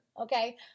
okay